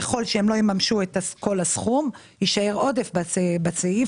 ככל שהם לא יממשו את כל הסכום יישאר עודף בסעיף.